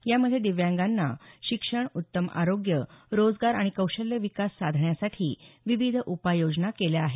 यामध्ये दिव्यांगांना शिक्षण उत्तम आरोग्य रोजगार आणि कौशल्य विकास साधण्यासाठी विविध उपाययोजना केल्या आहेत